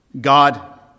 God